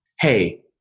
Hey